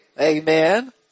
Amen